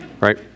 Right